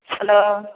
hello